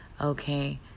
okay